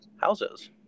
houses